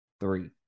three